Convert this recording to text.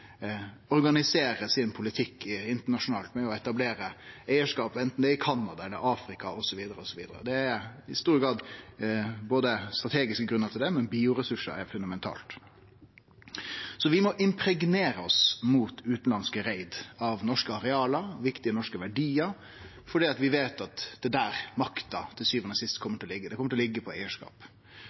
sin politikk internasjonalt med å etablere eigarskap, anten det er i Canada eller i Afrika, osv. Det er i stor grad strategiske grunnar til det, men bioressursar er fundamentalt. Vi må impregnere oss mot utanlandske raid av norske areal og viktige norske verdiar, for vi veit at det er der makta til sjuande og sist kjem til å liggje – det kjem til å liggje i eigarskap.